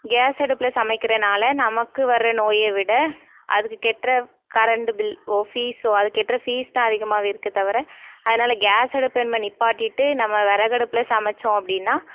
case அடுப்பில் சமைக்கிறனால் நமக்கு வர்ற நோயை விட அதுக்கு கட்ற கரண்டு பில் ஓ ஃபீஸ்ஸோ அதுக்கு கட்ற ஃபீஸ் தான் அதிகமாகவே இருக்குது தவிர அதனால் கேஸ் அடுப்பு நம்ம நிப்பாட்டிவிட்டு நம்ம விறகடுப்புல சமைத்தோம் அப்படின்னா